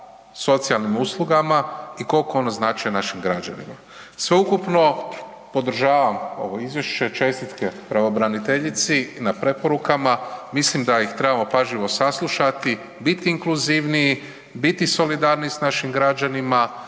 socijalnim uslugama i koliko ona znači našim građanima. Sveukupno podržavam ovo izvješće, čestitke pravobraniteljici na preporukama, mislim da ih trebamo pažljivo saslušati, biti inkluzivniji, biti solidarniji sa našim građanima